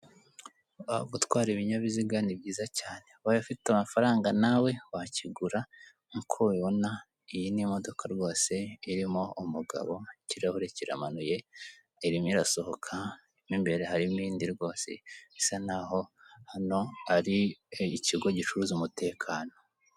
Gutwara ibinyabiziga ni byiza cyane ubaye ufite amafaranga nawe wakigura nkuko ubibona iyi ni imodoka rwose irimo umugabo ikirahuri kiramanuye, irimo irasohoka mo imbere harimo indi rwose isa naho hano ari ikigo gicuruza umutekano.